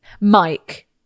Mike